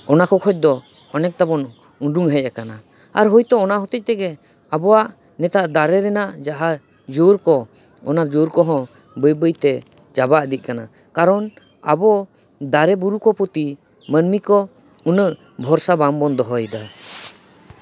ᱚᱱᱟᱠᱚ ᱠᱷᱚᱱᱫᱚ ᱚᱱᱮᱠᱴᱟ ᱵᱚᱱ ᱩᱰᱩᱝ ᱦᱮᱡ ᱟᱠᱟᱱᱟ ᱟᱨ ᱦᱳᱭᱛᱳ ᱚᱱᱟ ᱦᱚᱛᱮᱡ ᱛᱮᱜᱮ ᱟᱵᱚᱣᱟᱜ ᱱᱮᱛᱟᱨ ᱫᱟᱨᱮ ᱨᱮᱱᱟᱜ ᱡᱟᱦᱟᱸ ᱡᱳᱨ ᱠᱚ ᱚᱱᱟ ᱡᱳᱨ ᱠᱚᱦᱚᱸ ᱵᱟᱹᱭ ᱵᱟᱹᱭᱛᱮ ᱪᱟᱵᱟ ᱤᱫᱤᱜ ᱠᱟᱱᱟ ᱠᱟᱨᱚᱱ ᱟᱵᱚ ᱫᱟᱨᱮ ᱵᱩᱨᱩ ᱠᱚ ᱯᱨᱚᱛᱤ ᱢᱟᱹᱱᱢᱤ ᱠᱚ ᱩᱱᱟᱹᱜ ᱵᱷᱚᱨᱥᱟ ᱵᱟᱝ ᱵᱚᱱ ᱫᱚᱦᱚᱭᱮᱫᱟ